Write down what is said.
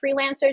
freelancers